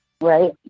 Right